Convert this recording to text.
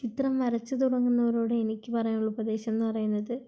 ചിത്രം വരച്ചത് തുടങ്ങുന്നവരോട് എനിക്ക് പറയാനുള്ള ഉപദേശം എന്ന് പറയാനുള്ളത്